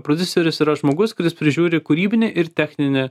prodiuseris yra žmogus kuris prižiūri kūrybinį ir techninį